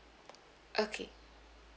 okay